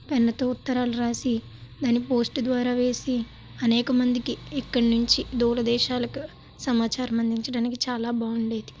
pen తో ఉత్తరాలు రాసి దాన్ని పోస్ట్ ద్వారా వేసి అనేకమందికి ఇక్కడ నుంచి దూర దేశాలకు సమాచారం అందించడానికి చాలా బాగుండేది